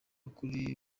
kuri